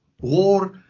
war